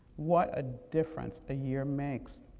what a difference a year makes,